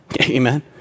Amen